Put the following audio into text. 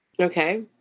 Okay